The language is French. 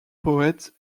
poète